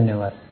धन्यवाद